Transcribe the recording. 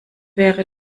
wäre